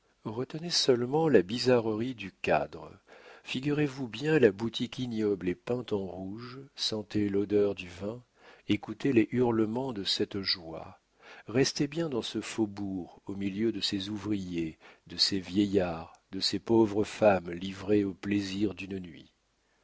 retenez seulement la bizarrerie du cadre figurez-vous bien la boutique ignoble et peinte en rouge sentez l'odeur du vin écoutez les hurlements de cette joie restez bien dans ce faubourg au milieu de ces ouvriers de ces vieillards de ces pauvres femmes livrés au plaisir d'une nuit